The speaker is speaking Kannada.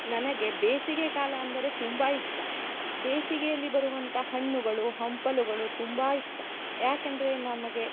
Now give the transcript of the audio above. ನನಗೆ ಬೇಸಿಗೆ ಕಾಲ ಅಂದರೆ ತುಂಬ ಇಷ್ಟ ಬೇಸಿಗೆಯಲ್ಲಿ ಬರುವಂತ ಹಣ್ಣುಗಳು ಹಂಪಲುಗಳು ತುಂಬ ಇಷ್ಟ ಯಾಕಂದರೆ ನಮಗೆ